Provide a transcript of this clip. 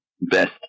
best